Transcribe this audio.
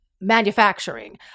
manufacturing